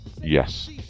Yes